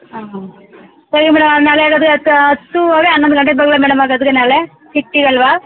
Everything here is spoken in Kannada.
ಹಾಂ ಸರಿ ಮೇಡಮ್ ನಾಳೆ ಹಾಗಾದರೆ ಹತ್ತು ಹತ್ತೂವರೆ ಹನ್ನೊಂದು ಗಂಟೆಗೆ ಬರಲ ಮೇಡಮ್ ಹಾಗಾದರೆ ನಾಳೆ ಸಿಕ್ತೀರಲ್ಲವ